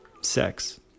sex